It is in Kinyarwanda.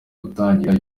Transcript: gutangira